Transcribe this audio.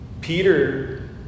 Peter